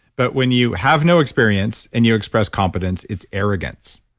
but when you have no experience and you express competence it's arrogance.